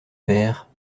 faire